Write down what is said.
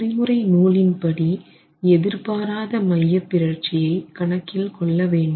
குறிமுறை நூலின் படி எதிர்பாராத மையப்பிறழ்ச்சியை கணக்கில் கொள்ள வேண்டும்